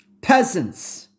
peasants